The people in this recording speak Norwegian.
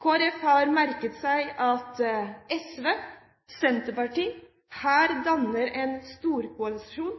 Kristelig Folkeparti har merket seg at SV og Senterpartiet her